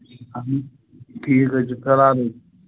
اَہَن حظ ٹھیٖک حظ چھُ کران حظ